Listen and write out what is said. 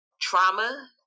trauma